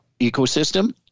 ecosystem